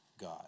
God